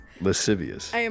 Lascivious